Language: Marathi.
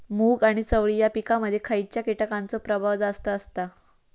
मूग आणि चवळी या पिकांमध्ये खैयच्या कीटकांचो प्रभाव जास्त असता?